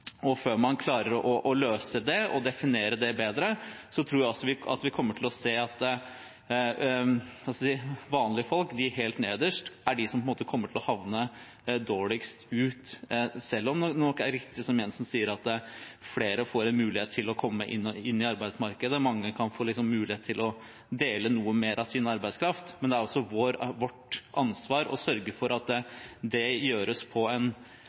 Før man klarer å løse det og å definere det bedre, tror jeg vi kommer til å se at vanlige folk, de helt nederst, er de som på en måte vil komme dårligst ut, selv om det nok er riktig som Jensen sier, at flere får mulighet til å komme inn på arbeidsmarkedet. Mange kan få mulighet til å dele noe mer av sin arbeidskraft, men det er også vårt ansvar å sørge for at det gjøres på en